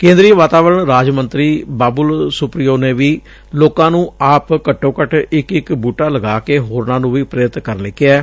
ਕੇਂਦਰੀ ਵਾਤਾਵਰਣ ਰਾਜ ਮੰਤਰੀ ਬਾਬੁਲ ਸੁਪਰੀਓ ਨੇ ਵੀ ਲੋਕਾਂ ਨੂੰ ਆਪ ਘੱਟੋ ਘੱਟ ਇਕ ਇਕ ਬੁਟਾ ਲਗਾ ਕੇ ਹੋਰਨਾਂ ਨੂੰ ਵੀ ਪ੍ਰੇਰਿਤ ਕਰਨ ਲਈ ਕਿਹੈ